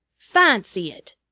fahncy it!